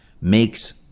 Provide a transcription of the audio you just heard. makes